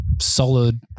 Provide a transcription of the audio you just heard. solid